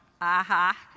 Aha